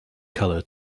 color